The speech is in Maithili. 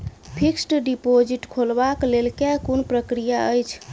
फिक्स्ड डिपोजिट खोलबाक लेल केँ कुन प्रक्रिया अछि?